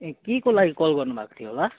ए के को लागि कल गर्नु भएको थियो होला